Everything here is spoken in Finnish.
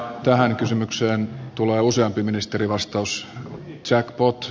tähän kysymykseen tulee useampi ministerivastaus jackpot